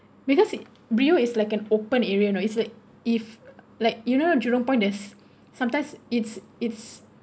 because brio is like an open area you know it's like if like you know Jurong point there's sometimes it's it's